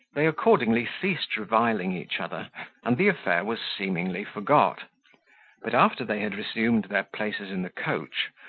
they accordingly ceased reviling each other and the affair was seemingly forgot but after they had resumed their places in the coach,